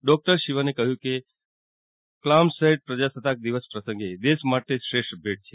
doctor સિવને કહ્યું કે કલામસૈટ પ્રજાસત્તાક દિવસ પ્રસંગે દેશ માટે શ્રેષ્ઠ ભેટ છે